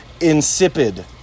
insipid